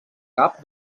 cap